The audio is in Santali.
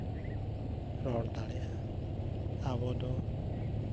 ᱨᱚᱲ ᱫᱟᱲᱮᱭᱟᱜᱼᱟ ᱟᱵᱚᱫᱚ